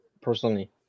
personally